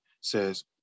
says